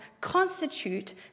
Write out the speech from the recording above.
constitute